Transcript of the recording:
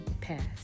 past